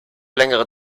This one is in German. längere